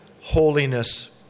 holiness